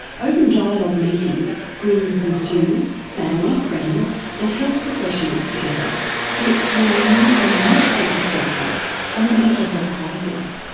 open dialogue meetings bring the consumers, family, friends and health professionals together to explore new and useful perspectives on the mental health crisis.